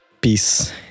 peace